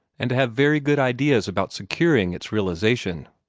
and to have very good ideas about securing its realization.